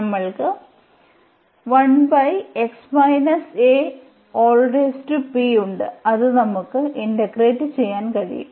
നമ്മൾക്ക് ഉണ്ട് അത് നമുക്ക് ഇന്റെഗ്രേറ്റ് ചെയ്യാൻ കഴിയും